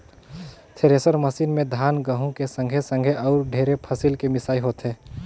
thresher machine में धान, गहूँ के संघे संघे अउ ढेरे फसिल के मिसई होथे